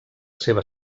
seva